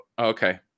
okay